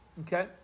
Okay